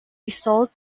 result